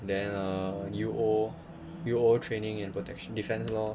then err U_O U_O training and protection defense lor